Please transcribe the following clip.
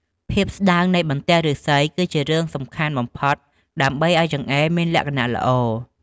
ភាពស្ដើងនៃបន្ទះឫស្សី គឺជារឿងសំខាន់បំផុតដើម្បីឱ្យចង្អេរមានលក្ខណៈល្អ។